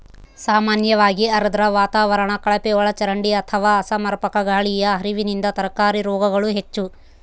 ಸಾಮಾನ್ಯವಾಗಿ ಆರ್ದ್ರ ವಾತಾವರಣ ಕಳಪೆಒಳಚರಂಡಿ ಅಥವಾ ಅಸಮರ್ಪಕ ಗಾಳಿಯ ಹರಿವಿನಿಂದ ತರಕಾರಿ ರೋಗಗಳು ಹೆಚ್ಚು